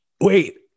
wait